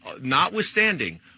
notwithstanding